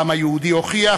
העם היהודי הוכיח